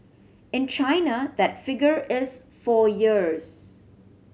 in China that figure is four years